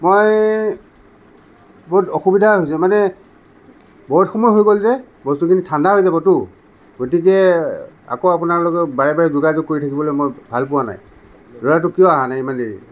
মই বহুত অসুবিধা হৈছে মানে বহুত সময় হৈ গ'ল যে বস্তুখিনি ঠাণ্ডা হৈ যাবতো গতিকে আকৌ আপোনালোকক বাৰে বাৰে যোগাযোগ কৰি থাকিবলৈ মই ভাল পোৱা নাই ল'ৰাটো কিয় আহা নাই ইমান দেৰি